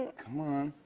come on.